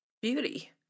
beauty